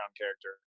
character